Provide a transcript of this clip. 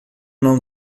não